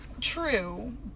true